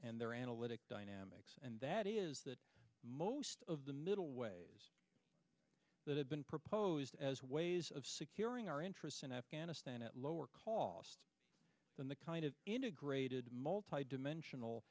and their analytic dynamics and that is that most of the middle way that have been proposed as ways of securing our interests in afghanistan at lower cost than the kind of integrated multi dimensional